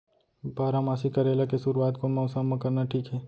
बारामासी करेला के शुरुवात कोन मौसम मा करना ठीक हे?